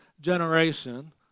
generation